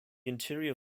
interior